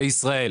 בישראל.